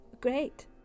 great